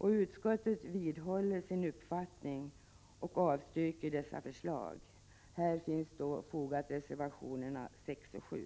Utskottet vidhåller sin uppfattning och avstyrker dessa förslag. Till utskottets betänkande finns här fogade reservationerna 6 och 7.